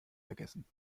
vergessen